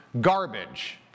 garbage